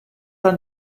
ein